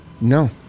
No